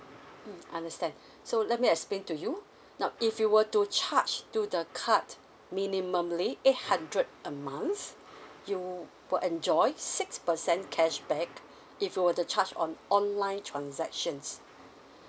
mm understand so let me explain to you now if you were to charge to the card minimally eight hundred a month you will enjoy six percent cashback if you were the charge on online transactions